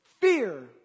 Fear